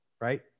right